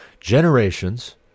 generations